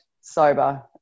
sober